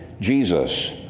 Jesus